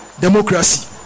democracy